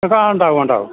ഉണ്ടാകും ഉണ്ടാകും